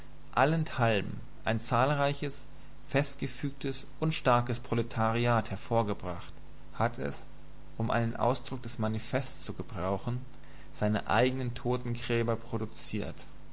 allenthalben ein zahlreiches festgefügtes und starkes proletariat hervorgebracht hat es um einen ausdruck des manifests zu gebrauchen seine eignen totengräber produziert